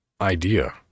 idea